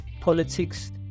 politics